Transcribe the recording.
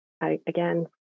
again